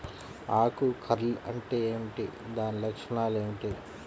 ఆకు కర్ల్ అంటే ఏమిటి? దాని లక్షణాలు ఏమిటి?